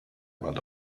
but